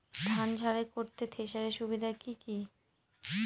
ধান ঝারাই করতে থেসারের সুবিধা কি কি?